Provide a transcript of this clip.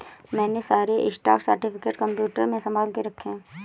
मैंने सारे stock certificate computer में संभाल के रखे हैं